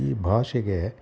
ಈ ಭಾಷೆಗೆ